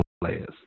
players